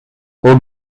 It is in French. aux